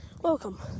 Welcome